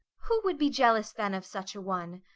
who would be jealous then of such a one?